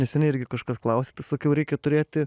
neseniai irgi kažkas klausė tai sakiau reikia turėti